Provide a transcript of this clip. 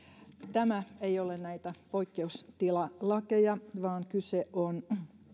tämä ei ole näitä poikkeustilalakeja vaan kyse on